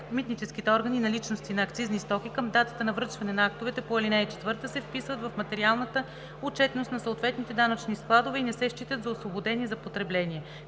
митническите органи наличности на акцизни стоки към датата на връчването на актовете по ал. 4 се вписват в материалната отчетност на съответните данъчни складове и не се считат за освободени за потребление,